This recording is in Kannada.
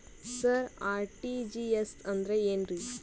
ಸರ ಆರ್.ಟಿ.ಜಿ.ಎಸ್ ಅಂದ್ರ ಏನ್ರೀ?